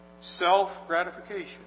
Self-gratification